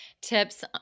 tips